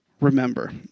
remember